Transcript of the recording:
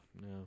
no